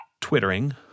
twittering